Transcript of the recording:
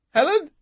Helen